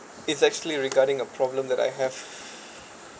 it's actually regarding a problem that I have